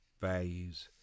values